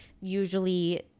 usually